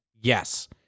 Yes